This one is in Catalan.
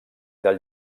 del